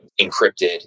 encrypted